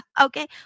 Okay